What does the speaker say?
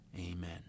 amen